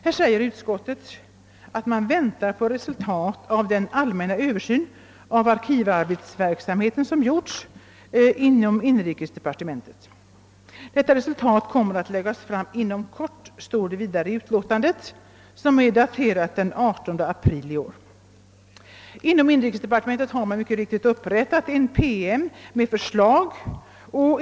Här säger utskottet att man väntar på resultatet av den allmänna översyn av arkivarbetsverksamheten som gjorts inom inrikesdepartementet. Detta resultat kommer att läggas fram inom kort, står det vidare i utlåtandet, som är daterat den 18 april i år. Inom inrikesdepartementet har man mycket riktigt upprättat en PM med förslag.